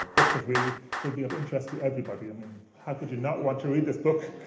booklet really would be of interest to everybody. i mean, how could you not want to read this book?